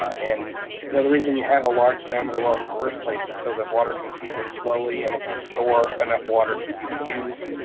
and you know the reason you have a large diameter well in the first place is so that water can seep in slowly and it can store enough water for you to use.